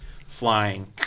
flying